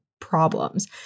problems